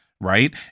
Right